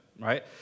right